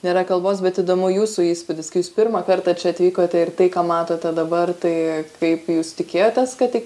nėra kalbos bet įdomu jūsų įspūdis kai jūs pirmą kartą čia atvykote ir tai ką matote dabar tai kaip jūs tikėjotės kad